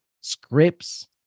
scripts